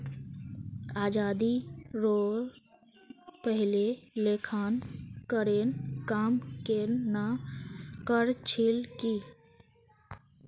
आज़ादीरोर पहले लेखांकनेर काम केन न कर छिल की